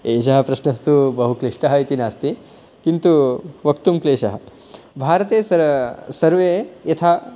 एषः प्रश्नस्तु बहुक्लिष्टः इति नास्ति किन्तुं वक्तुं क्लेशः भारते सर्वे यथा